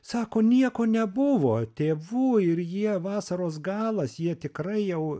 sako nieko nebuvo tėvų ir jie vasaros galas jie tikrai jau